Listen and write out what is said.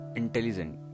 intelligent